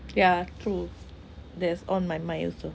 ya true that's on my mind also